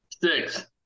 Six